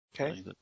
Okay